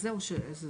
אז זהו שלא,